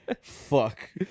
Fuck